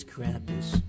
Krampus